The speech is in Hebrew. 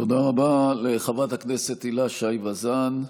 תודה רבה לחברת הכנסת הילה שי וזאן.